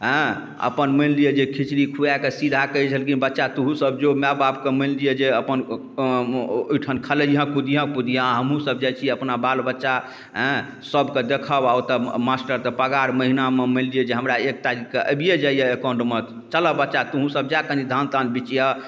हँ अपन मानि लिअऽ जे खिचड़ी खुआकऽ सीधा कहै छलखिन बच्चा तोहूँसब जो माइबापके मानि लिअऽ जे अपन अ अ अपन ओहिठाम खेलइहेँ कुदिहेँ फुदिहेँ हमहूँसब जाइ छी अपना बालबच्चा एँ सबके देखब आओर ओतऽ मास्टरके पगार महिनामे मानि लिअऽ जे एक तारीखके आबिए जाइए एकाउन्टमे चलऽ बच्चा तोहूँसब जा कनि धान तान बिछिहऽ